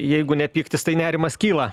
jeigu ne pyktis tai nerimas kyla